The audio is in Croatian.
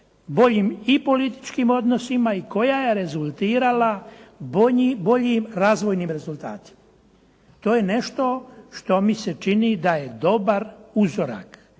boljim i političkim odnosima i koja je rezultirala boljim razvojnim rezultatima. To je nešto što mi se čini da je dobar uzorak